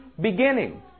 beginning